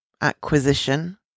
acquisition